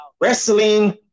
wrestling